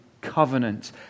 covenant